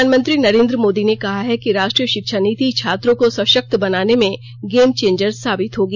प्रधानमंत्री नरेंद्र मोदी ने कहा है कि राष्ट्रीय शिक्षा नीति छात्रों को सशक्त बनाने में गेमचेंजर साबित होगी